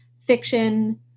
fiction